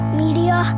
media